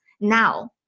Now